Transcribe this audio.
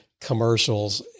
commercials